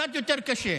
בוא תלמד,